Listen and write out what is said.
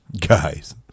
guys